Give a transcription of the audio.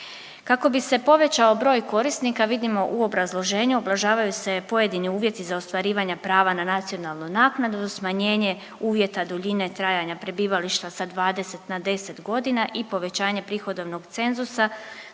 Kako bi se povećao broj korisnika vidimo u obrazloženju ublažavaju se pojedini uvjeti za ostvarivanje prava na nacionalnu naknadu, smanjenje uvjeta duljine trajanja prebivališta sa 20 na 10 godina i povećanje prihodovnog cenzusa,